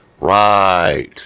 Right